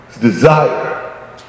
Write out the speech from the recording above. Desire